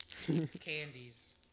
candies